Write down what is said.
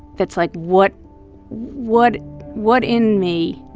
that's like, what what what in me,